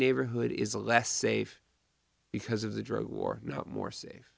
neighborhood is a less safe because of the drug war more safe